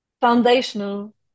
foundational